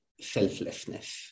selflessness